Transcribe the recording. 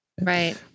Right